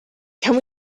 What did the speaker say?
can